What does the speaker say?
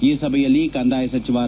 ಈ ಸಭೆಯಲ್ಲಿ ಕಂದಾಯ ಸಚಿವ ಆರ್